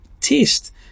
taste